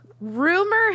rumor